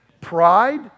Pride